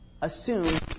assume